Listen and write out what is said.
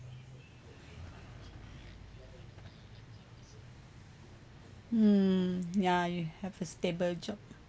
mm ya you have a stable job